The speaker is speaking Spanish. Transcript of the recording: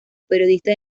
periodista